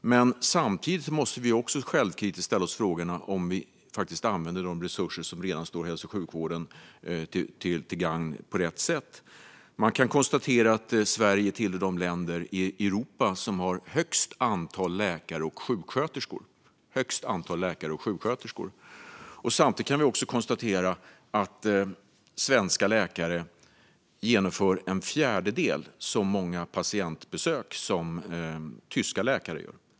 Samtidigt måste vi också självkritiskt ställa oss frågorna om vi faktiskt använder de resurser som redan står hälso och sjukvården till buds på rätt sätt. Man kan konstatera att Sverige är ett av de länder i Europa som har störst antal läkare och sjuksköterskor, och samtidigt kan man också konstatera att svenska läkare genomför en fjärdedel så många patientbesök som tyska läkare gör.